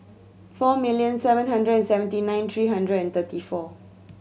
four million seven hundred seventy nine three hundred and thirty four